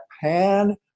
pan